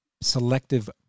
selective